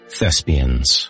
Thespians